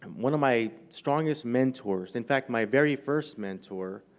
one of my strongest mentors, in fact my very first mentor,